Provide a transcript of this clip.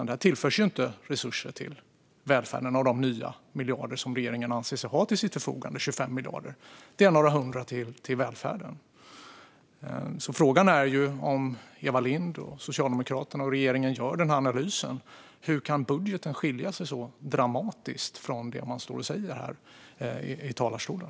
Där tillförs inte resurser till välfärden eller de nya miljarder som regeringen anser sig ha till sitt förfogande, 25 miljarder. Det är några hundra till välfärden. Frågan är: Om Eva Lindh, Socialdemokraterna och regeringen nu gör denna analys, hur kan då budgeten skilja sig så dramatiskt från det som man står här och säger i talarstolen?